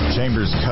Chambers